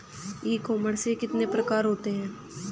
ई commerce के कितने प्रकार होते हैं?